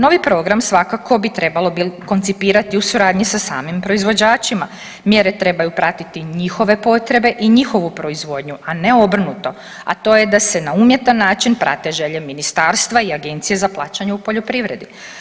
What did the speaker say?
Novi program svakako bi trebalo koncipirati u suradnji sa samim proizvođačima, mjere trebaju pratiti njihove potrebe i njihovu proizvodnju, a ne obrnuto, a to je da se na umjetan način prate želje ministarstva i Agencije za plaćanje u poljoprivredi.